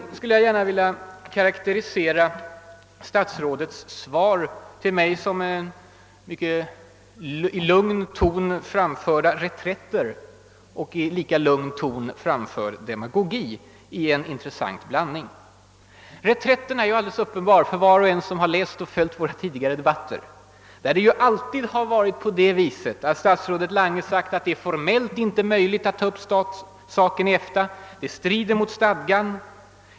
Jag skulle gärna vilja karakterisera statsrådets svar till mig som i lugn ton framförda reträtter och i lika lugn ton framförd demagogi — i en intressant blandning. Reträtterna är ju alldeles uppenbara för var och en som följt de tidigare debatterna. Då har statsrådet Lange alltid framhållit att det inte är formellt möjligt att ta upp saken i EFTA. Det skulle strida mot stadgan.